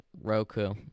roku